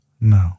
No